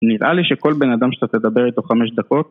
נראה לי שכל בן אדם שאתה תדבר איתו חמש דקות